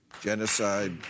genocide